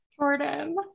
jordan